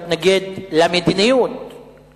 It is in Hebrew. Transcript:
מתנגד למדיניות,